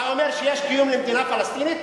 אתה אומר שיש קיום למדינה פלסטינית?